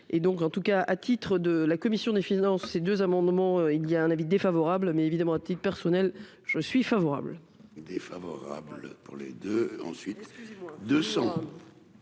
et donc, en tout cas à titre de la commission des finances ces deux amendements il y a un avis défavorable, mais évidemment à titre personnel, je suis favorable.